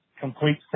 complete